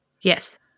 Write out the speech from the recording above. Yes